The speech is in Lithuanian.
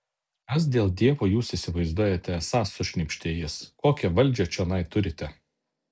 kas dėl dievo jūs įsivaizduojate esąs sušnypštė jis kokią valdžią čionai turite